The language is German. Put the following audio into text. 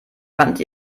wandte